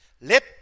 Let